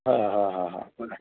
हां हां हां हां बरं